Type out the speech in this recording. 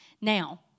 Now